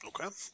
Okay